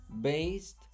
based